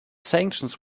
sanctions